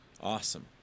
Awesome